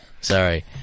Sorry